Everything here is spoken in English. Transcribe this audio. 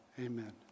amen